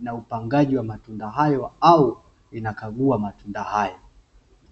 na upangaji wa matunda hayo, au inakagua matunda hayo.